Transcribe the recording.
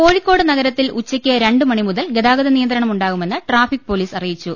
കോഴിക്കോട് നഗരത്തിൽ ഉച്ചയ്ക്ക് രണ്ട് മണി മുതൽ ഗതാഗ തനിയന്ത്രണമുണ്ടാകുമെന്ന് ട്രാഫിക് പൊലീസ് അറിയിച്ചു